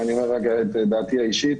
אני אומר את דעתי האישית,